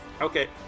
Okay